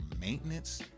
maintenance